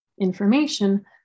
information